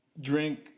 drink